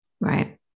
Right